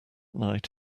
night